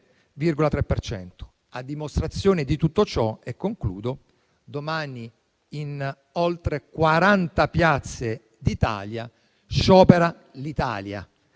A dimostrazione di tutto ciò, in conclusione, domani in oltre 40 piazze sciopera l'Italia